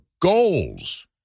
goals